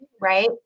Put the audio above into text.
right